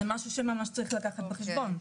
זה משהו שצריך לקחת בחשבון.